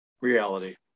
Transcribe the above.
Reality